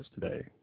today